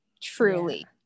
truly